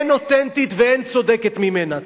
אין אותנטית ואין צודקת ממנה.